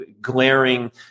glaring